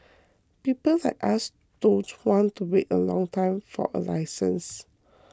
people like us don't want to wait a long time for a license